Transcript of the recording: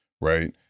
right